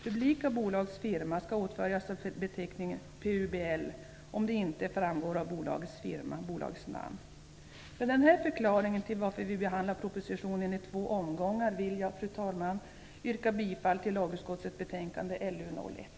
Publika bolags firma skall åtföljas av beteckningen "" om det inte framgår av bolagets firma, bolagets namn. Med denna förklaring till varför vi behandlar propositionen i två omgångar vill jag, fru talman, yrka bifall till hemställan i lagutskottets betänkande LU1.